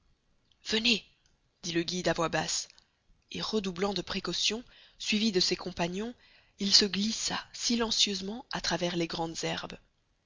venez dit le guide à voix basse et redoublant de précaution suivi de ses compagnons il se glissa silencieusement à travers les grandes herbes